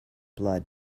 blood